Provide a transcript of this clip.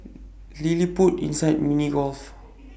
LilliPutt inside Mini Golf